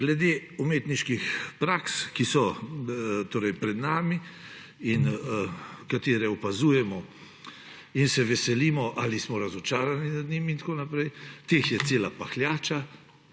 Glede umetniških praks, ki so pred nami in katere opazujemo in se veselimo ali smo razočarani nad njimi in tako naprej, teh je cela pahljača,